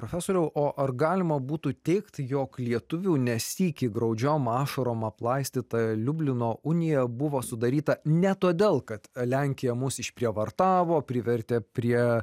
profesoriau o ar galima būtų teigt jog lietuvių ne sykį graudžiom ašarom aplaistyta liublino unija buvo sudaryta ne todėl kad lenkija mus išprievartavo privertė prie